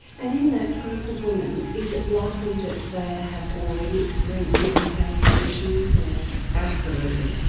and in that group of women, is it likely that they have already experienced mental health issues or? absolutely.